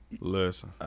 Listen